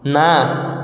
ନା